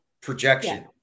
projection